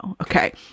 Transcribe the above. Okay